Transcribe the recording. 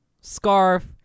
scarf